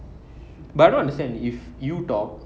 but I don't understand if you talk